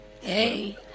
Hey